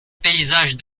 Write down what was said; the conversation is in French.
paysage